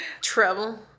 Trouble